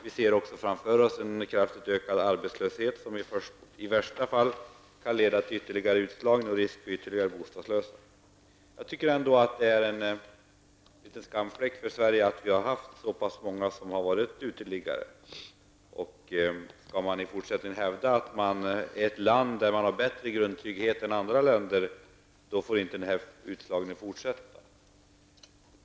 Vi ser också framför oss en kraftigt ökad arbetslöshet, som i värsta fall kan leda till ytterligare utslagning och risk för fler bostadslösa. Jag tycker att det är en skamfläck för Sverige att vi har haft så många uteliggare. Skall vi i fortsättningen hävda att Sverige är ett land där man har bättre grundtrygghet än i andra länder får den utslagningen inte fortsätta.